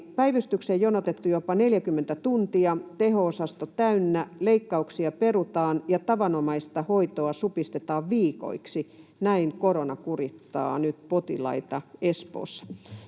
”Päivystykseen jonotettu jopa 40 tuntia, teho-osasto täynnä, leikkauksia perutaan ja tavanomaista hoitoa supistetaan viikoiksi — näin korona kurittaa nyt potilaita Espoossa.”